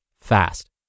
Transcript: fast